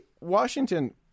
Washington